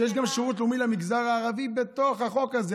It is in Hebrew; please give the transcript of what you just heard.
שיש גם שירות לאומי למגזר הערבי בתוך החוק הזה,